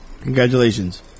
Congratulations